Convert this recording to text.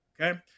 okay